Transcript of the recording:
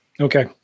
Okay